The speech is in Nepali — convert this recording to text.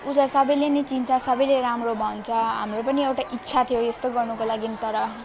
उसलाई सबैले नै चिन्छ सबैले राम्रो भन्छ हाम्रो पनि एउटा इच्छा थियो यस्तो गर्नुको लागि तर